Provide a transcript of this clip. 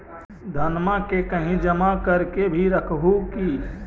धनमा के कहिं जमा कर के भी रख हू की?